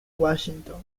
washington